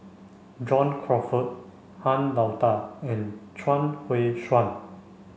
John Crawfurd Han Lao Da and Chuang Hui Tsuan